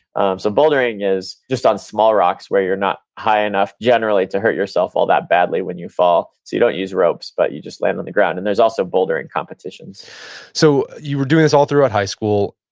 um so bouldering is just on small rocks where you're not high enough generally to hurt yourself all that badly when you fall. so you don't use ropes but you just land on the ground. and there's also bouldering competitions so you were doing this all throughout high school.